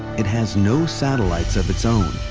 it has no satellites of its own,